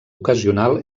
ocasional